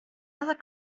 other